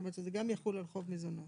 כלומר שזה גם יחול על חוב מזונות.